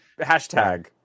Hashtag